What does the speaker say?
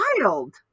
wild